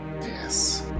yes